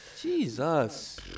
Jesus